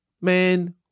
man